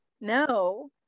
No